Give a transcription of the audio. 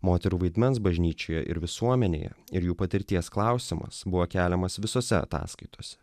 moterų vaidmens bažnyčioje ir visuomenėje ir jų patirties klausimas buvo keliamas visose ataskaitose